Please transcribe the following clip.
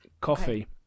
coffee